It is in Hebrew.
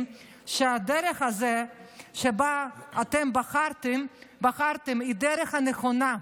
שהדרך הזו שבה אתם בחרתם היא הדרך הנכונה,